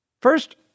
First